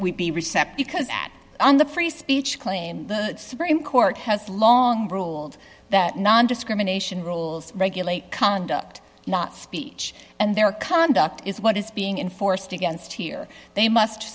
we be receptive because that on the free speech claim the supreme court has long ruled that nondiscrimination rules regulate conduct not speech and their conduct is what is being enforced against here they must